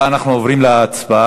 אנחנו עוברים להצבעה.